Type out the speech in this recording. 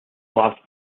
last